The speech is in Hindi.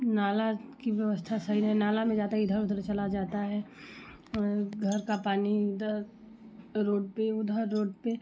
नाला की व्यवस्था सही नहीं नाला में जाता है इधर उधर चला जाता है घर का पानी इधर रोड पे उधर रोड पे